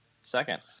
second